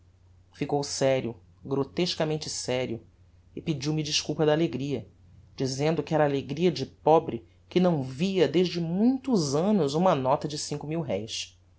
ficou serio grotescamente serio e pediu-me desculpa da alegria dizendo que era alegria de pobre que não via desde muitos annos uma nota de cinco mil réis